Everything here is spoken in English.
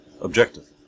objective